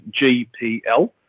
GPL